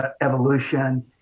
evolution